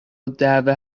الدعوه